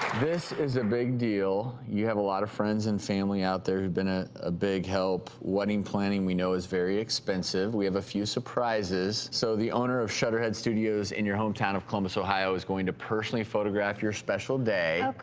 this is a big deal you have a lot of friends and family out there who have been a a big help. wedding planning we know is very expensive. we have a few surprises so the owner of shutterhead studios in your hometown of columbus, ohio is going to personally photograph your special day.